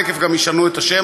תכף גם ישנו את השם,